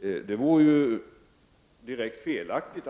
Något annat vore direkt felaktigt.